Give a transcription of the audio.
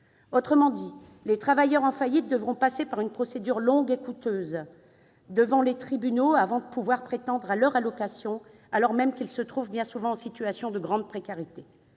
Autrement dit, les travailleurs en faillite devront passer par une procédure longue et coûteuse devant les tribunaux avant de pouvoir prétendre à leur allocation, alors même qu'ils se trouvent bien souvent en situation de grande précarité.